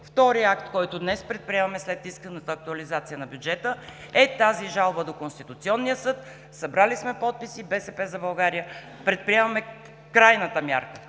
вторият акт, който днес предприемаме след исканата актуализация на бюджета, е тази жалба до Конституционния съд. Събрали сме подписи. От „БСП за България“ предприемаме крайната мярка